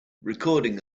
recording